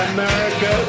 America